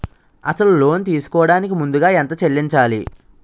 అసలు లోన్ తీసుకోడానికి ముందుగా ఎంత చెల్లించాలి?